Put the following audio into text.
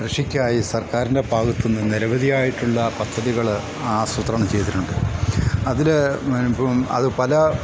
കൃഷിക്കായി സർക്കാരിൻ്റെ ഭാഗത്ത് നിന്ന് നിരവധിയായിട്ടുള്ള പദ്ധതികൾ ആസൂത്രണം ചെയ്തിട്ടുണ്ട് അതിൽ ഇപ്പം അത് പല